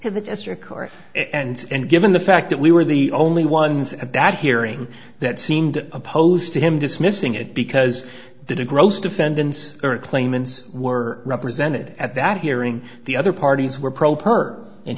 to the district court and and given the fact that we were the only ones at that hearing that seemed opposed to him dismissing it because that a gross defendants or claimants were represented at that hearing the other parties were probe perc and